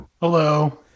hello